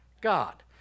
God